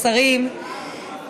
השרים,